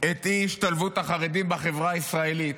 את אי-השתלבות החרדים בחברה הישראלית,